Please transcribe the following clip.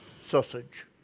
sausage